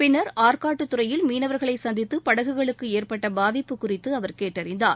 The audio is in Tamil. பின்னா் ஆற்காட்டுத் துறையில் மீனவா்களைசந்தித்தபடகுகளுக்குஏற்பட்டபாதிப்பு குறித்துஅவா் கேட்டறிந்தார்